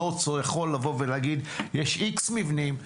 לא יכול לבוא ולהגיד: יש איקס מבנים,